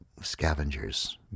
scavengers